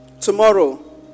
tomorrow